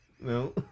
No